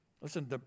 Listen